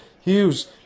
Hughes